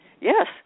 yes